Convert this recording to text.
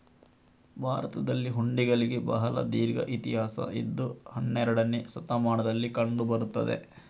ಭಾರತದಲ್ಲಿ ಹುಂಡಿಗಳಿಗೆ ಬಹಳ ದೀರ್ಘ ಇತಿಹಾಸ ಇದ್ದು ಹನ್ನೆರಡನೇ ಶತಮಾನದಲ್ಲಿ ಕಂಡು ಬರುತ್ತದೆ